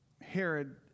Herod